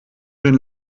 den